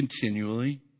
Continually